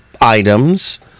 items